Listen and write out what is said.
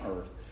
earth